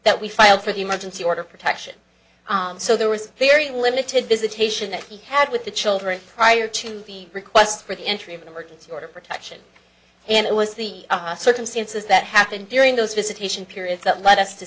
that we filed for the emergency order protection so there was very limited visitation that he had with the children prior to the request for the entry of an emergency order of protection and it was the circumstances that happened during those visitation periods that led us to